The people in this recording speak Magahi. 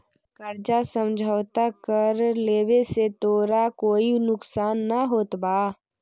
कर्जा समझौता कर लेवे से तोरा कोई नुकसान न होतवऽ